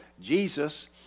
Jesus